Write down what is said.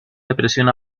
depresión